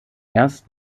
erst